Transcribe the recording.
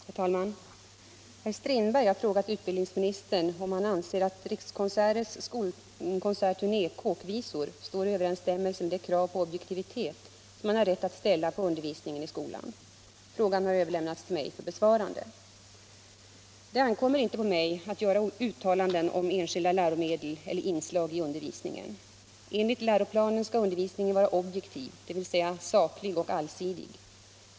Herr talman! Herr Strindberg har frågat utbildningsministern om han anser att Rikskonserters skolkonsertturné ”Kåkvisor” står i överensstämmelse med de krav på objektivitet som man har rätt att ställa på undervisningen i skolan. Frågan har överlämnats till mig för besvarande. Det ankommer inte på mig att göra uttalanden om enskilda läromedel eller inslag i undervisningen. Enligt läroplanen skall undervisningen vara objektiv, dvs. saklig och allsidig.